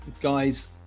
guys